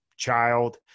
child